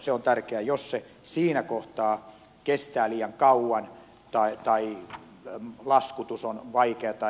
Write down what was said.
se on tärkeää että siinä kohtaa ei kestä liian kauan eikä laskutus ole vaikeata